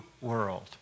world